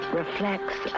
reflects